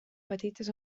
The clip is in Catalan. petites